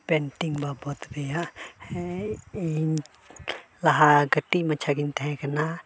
painting ᱵᱟᱵᱚᱫ ᱨᱮᱭᱟᱜ ᱦᱮᱸ ᱤᱧ ᱞᱟᱦᱟ ᱠᱟᱹᱴᱤᱡ ᱢᱟᱪᱷᱟ ᱜᱮᱧ ᱛᱟᱦᱮᱸ ᱠᱟᱱᱟ